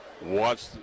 watch